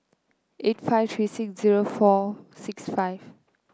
eight five three six zero four six five